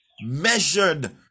measured